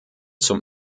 zum